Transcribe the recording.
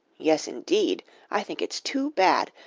yes, indeed i think it's too bad.